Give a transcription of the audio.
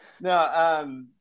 no